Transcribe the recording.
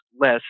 less